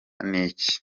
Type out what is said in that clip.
n’iki